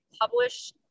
publish